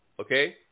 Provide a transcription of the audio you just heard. okay